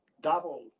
double